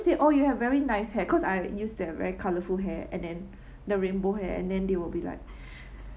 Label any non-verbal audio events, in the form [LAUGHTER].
say oh you have very nice hair cause I used to have very colourful hair and then the rainbow hair and then they will be like [BREATH]